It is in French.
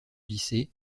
lycée